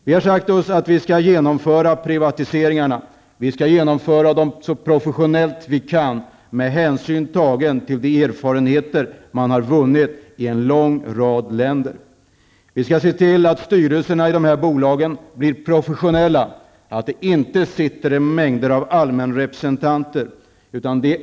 Vi har sagt oss att vi skall genomföra privatiseringarna så professionellt vi kan med hänsyn tagen till de erfarenheter man har vunnit i en lång rad länder. Vi skall se till att styrelserna i dessa bolag blir professionella och att det inte sitter mängder av allmänrepresentanter i styrelserna.